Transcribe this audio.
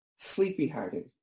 sleepy-hearted